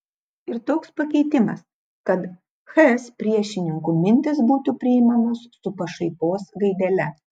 ir toks pakeitimas kad hs priešininkų mintys būtų priimamos su pašaipos gaidele